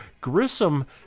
Grissom